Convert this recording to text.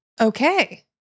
Okay